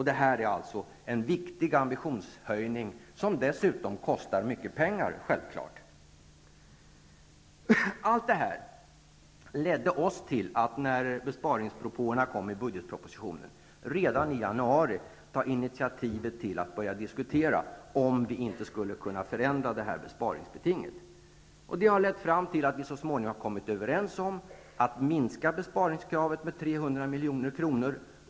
Detta är en viktig ambitionshöjning, som självfallet dessutom kostar mycket pengar. Allt detta ledde oss till att när besparingspropåerna kom i budgetpropositionen redan i januari ta initiativet till att börja diskutera om vi inte skulle kunna förändra detta besparingsbeting. Det har lett fram till att vi så småningom har kommit överens om att minska besparingskravet med 200 milj.kr.